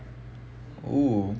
oh